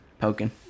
poking